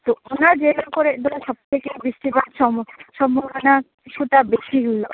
ᱛᱚ ᱚᱱᱟ ᱡᱤᱞᱟ ᱠᱚᱨᱮ ᱫᱚ ᱥᱟᱵᱥᱮ ᱜᱮ ᱵᱤᱥᱛᱤ ᱵᱟᱨ ᱥᱚᱢᱚ ᱵᱮᱥᱤ ᱦᱩᱭᱩᱜᱼᱟ